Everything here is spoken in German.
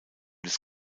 des